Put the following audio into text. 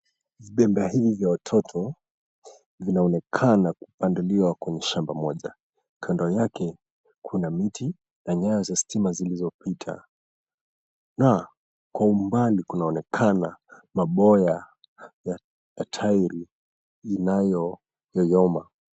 Vibembea hivi vya watoto vinaoenekana kubanduliwa kwenye shamba moja kando yake kuna miti na nyaya za stima zilizopita na kwa umbali kunaonekana maboya ya tairi inayoyoyoma.